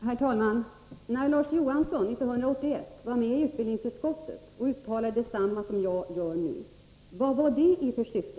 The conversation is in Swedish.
Herr talman! När Larz Johansson 1981 var med i utbildningsutskottet och utskottet uttalade detsamma som jag nu gör — vad var det då i för syfte?